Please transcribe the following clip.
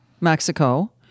Mexico